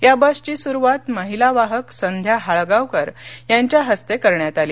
या बसची सुरवात महिला वाहक संध्या हाळगावकर यांच्या हस्ते करण्यात आली